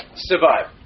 survive